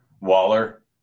Waller